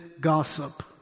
gossip